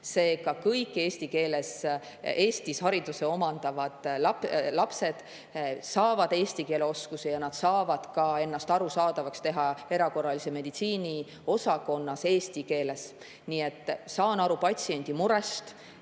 Seega kõik eesti keeles Eestis hariduse omandavad lapsed saavad eesti keele oskuse ja nad suudavad ennast arusaadavaks teha ka erakorralise meditsiini osakonnas. Ma saan aru patsiendi [ja